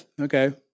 okay